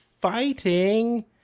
fighting